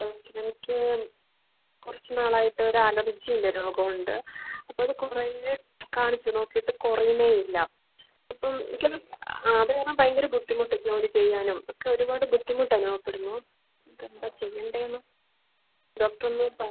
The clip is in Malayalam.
ഡോക്ടർ എനിക്ക് കുറച്ച് നാളായിട്ട് ഒരു അലർജി ഉണ്ടായിരുന്നു കോൾഡ് അപ്പോൾ ഇത് കുറേ കാണിച്ചു നോകീട്ട് കുറയുന്നേ ഇല്ല അപ്പോൾ എനിക്കത് അത് കാരണം ഭയങ്കര ബുദ്ധിമുട്ട് ജോലി ചെയ്യാനും ഒക്കെ ഒരുപാട് ബുദ്ധിമുട്ട് അനുഭവപ്പെടുന്നു അത് എന്താ ചെയ്യണ്ടേന്നും ഡോക്ടർ ഒന്ന് പറഞ്ഞ്